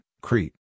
Crete